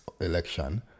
election